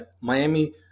Miami